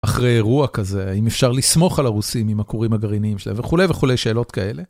אחרי אירוע כזה, האם אפשר לסמוך על הרוסים עם הקוראים הגרעיניים שלהם וכולי וכולי שאלות כאלה.